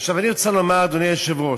עכשיו אני רוצה לומר, אדוני היושב-ראש,